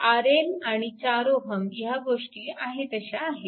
RL आणि 4 Ω ह्या गोष्टी आहे तशा आहेत